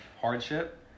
hardship